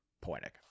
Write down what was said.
poetic